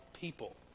people